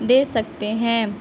دے سکتے ہیں